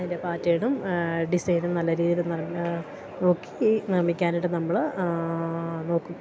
അതിൻ്റെ പാറ്റേണും ഡിസൈനും നല്ല രീതിയിൽ നോക്കി നിർമ്മിക്കാനായിട്ട് നമ്മൾ നോക്കും